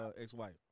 ex-wife